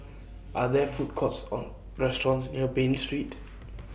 Are There Food Courts Or restaurants near Bain Street